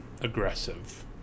aggressive